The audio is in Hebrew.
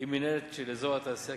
אפשרויות אלה עונות על הצרכים